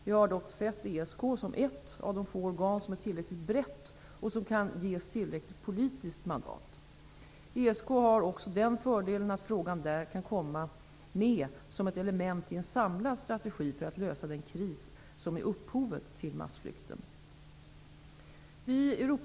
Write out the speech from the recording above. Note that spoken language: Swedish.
Vi har dock sett ESK som ett av de få organ som är tillräckligt brett och som kan ges tillräckligt politiskt mandat. ESK har också den fördelen att frågan där kan komma med som ett element i en samlad strategi för att lösa den kris som är upphovet till massflykten.